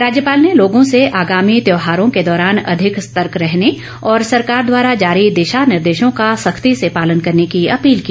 राज्यपाल ने लोगों से आगामी त्योहारों के दौरान अधिक सतर्क रहने और सरकार द्वारा जारी दिशा निर्देशों का सख्ती से पालन करने की अपील की